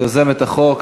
יוזמת החוק,